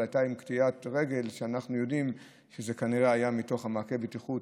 אבל הייתה היום קטיעת רגל שאנחנו יודעים שהייתה כנראה ממעקה הבטיחות.